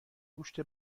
گوشت